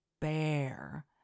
bear